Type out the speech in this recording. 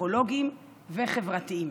פסיכולוגיים וחברתיים.